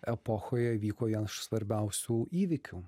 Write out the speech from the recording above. epochoje vyko vienas iš svarbiausių įvykių